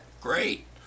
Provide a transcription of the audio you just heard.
great